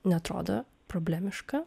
neatrodo problemiška